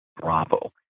Bravo